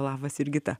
labas jurgita